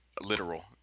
literal